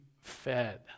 fed